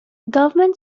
government